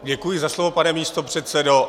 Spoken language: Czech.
Děkuji za slovo, pane místopředsedo.